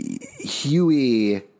Huey